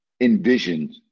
envisioned